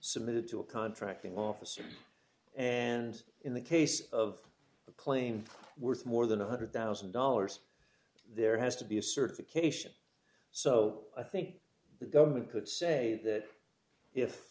submitted to a contracting officer and in the case of a claim worth more than one hundred thousand dollars there has to be a certification so i think the government could say that if